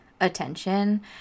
attention